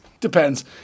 Depends